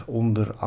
onder